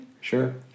Sure